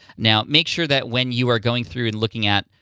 now, make sure that when you are going through and looking at,